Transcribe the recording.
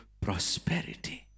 prosperity